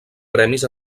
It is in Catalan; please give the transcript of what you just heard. premis